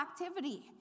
activity